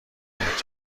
بیاد